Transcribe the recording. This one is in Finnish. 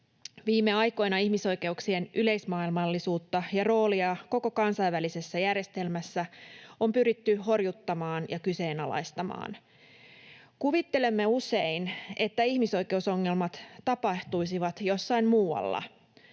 Viime aikoina ihmisoikeuksien yleismaailmallisuutta ja roolia koko kansainvälisessä järjestelmässä on pyritty horjuttamaan ja kyseenalaistamaan. Kuvittelemme usein, että ihmisoikeusongelmat tapahtuisivat jossakin muualla.